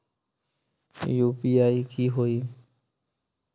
UPI की होई?